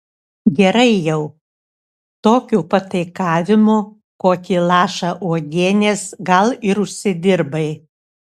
gerai jau tokiu pataikavimu kokį lašą uogienės gal ir užsidirbai